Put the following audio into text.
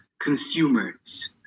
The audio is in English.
consumers